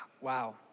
wow